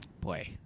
Boy